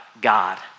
God